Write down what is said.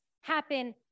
happen